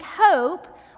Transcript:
hope